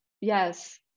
Yes